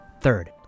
Third